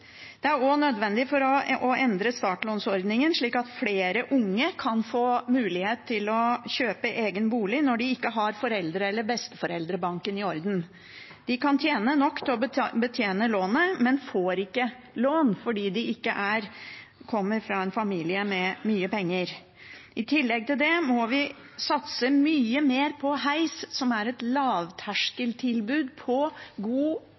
Det er også nødvendig å endre startlånsordningen slik at flere unge kan få mulighet til å kjøpe egen bolig når de ikke har foreldre- eller besteforeldrebanken i orden. De kan tjene nok til å betjene lånet, men får ikke lån fordi de ikke kommer fra en familie med mye penger. I tillegg til det må vi satse mye mer på heis, som er et lavterskeltilbud innenfor god